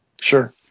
Sure